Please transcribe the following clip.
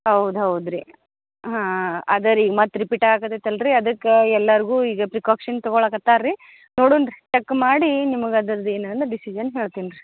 ಹೌದು ಹೌದು ರೀ ಹಾಂ ಅದೆ ರೀ ಮತ್ತೆ ರಿಪೀಟ್ ಆಗಕತ್ತೈತಲ್ಲರಿ ಅದಕ್ಕೆ ಎಲ್ಲರಿಗು ಈಗ ಫ್ರಿಕಾಕ್ಷನ್ ತಗೋಳಕತ್ತಾರೆ ರೀ ನೋಡೊಣ ರೀ ಚೆಕ್ ಮಾಡಿ ನಿಮಗೆ ಅದ್ರದ್ದು ಏನಂದ್ರೆ ಡಿಸಿಶನ್ ಹೇಳ್ತಿನಿ ರೀ